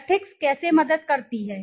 ethics कैसे मदद करती है